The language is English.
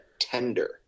tender